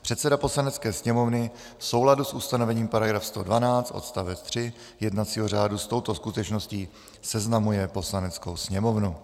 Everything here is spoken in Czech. Předseda Poslanecké sněmovny v souladu s ustanovením § 112, odst. 3 jednacího řádu s touto skutečností seznamuje Poslaneckou sněmovnu.